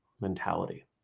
mentality